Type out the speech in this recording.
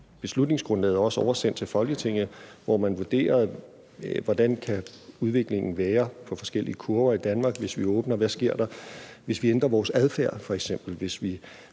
beslutningsgrundlaget også blev oversendt til Folketinget, hvor man vurderede, hvordan udviklingen kunne være i forhold til forskellige kurver i Danmark, hvis vi åbnede: Hvad sker der, hvis vi ændrer vores adfærd f.eks., og hvis vi